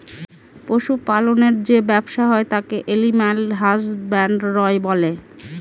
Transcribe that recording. পশু পালনের যে ব্যবসা হয় তাকে এলিম্যাল হাসব্যানডরই বলে